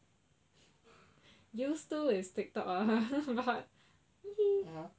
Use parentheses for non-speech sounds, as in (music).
use to is TikTok ah (laughs) but (laughs)